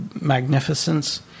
magnificence